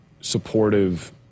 supportive